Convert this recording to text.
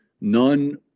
None